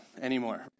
anymore